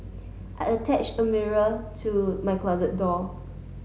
I attached a mirror to my closet door